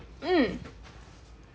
mm